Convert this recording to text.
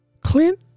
Clint